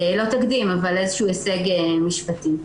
לא תקדים, אבל הישג משפטי.